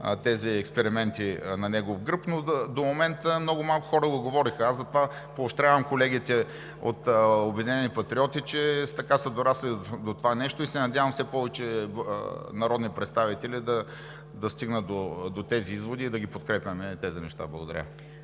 тези експерименти на негов гръб, но до момента много малко хора го говориха. Аз затова поощрявам колегите от „Обединени патриоти“, че са дорасли до това нещо, и се надявам все повече народни представители да стигнат до тези изводи и да подкрепяме тези неща. Благодаря.